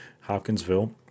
Hopkinsville